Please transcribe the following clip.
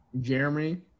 Jeremy